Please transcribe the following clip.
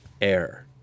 air